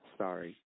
sorry